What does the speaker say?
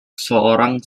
seorang